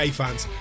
fans